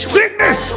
Sickness